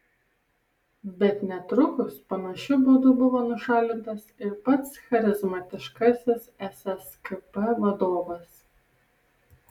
bet netrukus panašiu būdu buvo nušalintas ir pats charizmatiškasis sskp vadovas